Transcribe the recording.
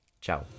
Ciao